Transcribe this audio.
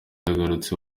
yagarutse